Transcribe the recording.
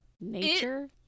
nature